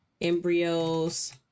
embryos